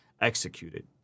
executed